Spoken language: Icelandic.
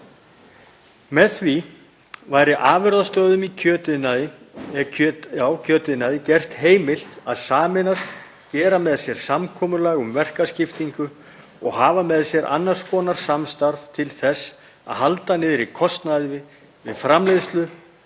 Með því væri afurðastöðvum í kjötiðnaði gert heimilt að sameinast, gera með sér samkomulag um verkaskiptingu og hafa með sér annars konar samstarf til þess að halda niðri kostnaði við framleiðslu,